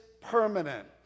permanent